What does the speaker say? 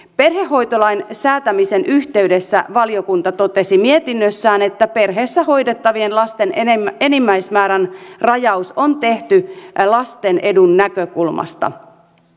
perhehoitolain säätämisen yhteydessä valiokunta totesi mietinnössään että perheessä hoidettavien lasten enimmäismäärän rajaus on tehty lasten edun näkökulmasta